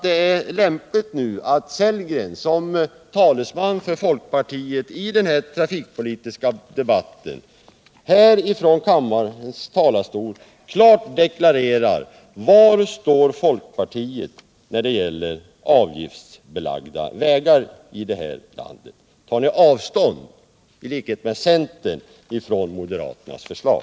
Det är lämpligt att Rolf Sellgren, som talesman för folkpartiet i den här trafikpolitiska debatten, från kammarens talarstol klart deklarerar var folkpartiet står när det gäller avgiftsbelagda vägar i det här landet. Tar ni, i likhet med centern, avstånd från moderaternas förslag?